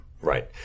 Right